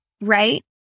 right